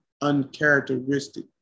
uncharacteristic